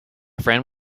friend